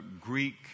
Greek